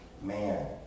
man